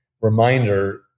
reminder